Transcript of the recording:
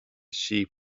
sheep